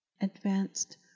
advanced